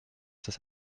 das